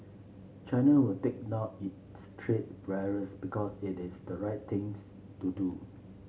china will take down its trade barriers because it is the right things to do